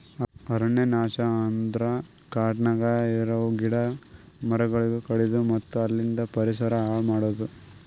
ಅರಣ್ಯ ನಾಶ ಅಂದುರ್ ಕಾಡನ್ಯಾಗ ಇರವು ಗಿಡ ಮರಗೊಳಿಗ್ ಕಡಿದು ಮತ್ತ ಅಲಿಂದ್ ಪರಿಸರ ಹಾಳ್ ಮಾಡದು